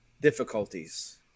difficulties